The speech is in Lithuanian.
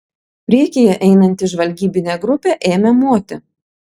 priekyje einanti žvalgybinė grupė ėmė moti